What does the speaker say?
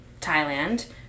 Thailand